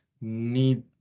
need